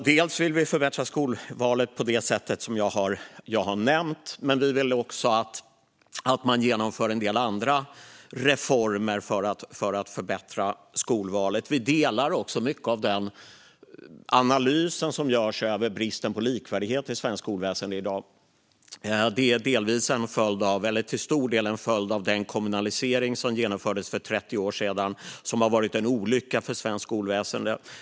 Vi vill förbättra skolvalet på det sätt jag redan nämnt, men vi vill också att man genomför en del andra reformer för att förbättra skolvalet. Vi delar också mycket av den analys som görs av bristen på likvärdighet i svenskt skolväsen. Detta är till stor del en följd av den kommunalisering som genomfördes för 30 år sedan och som har varit en olycka för svenskt skolväsen.